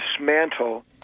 dismantle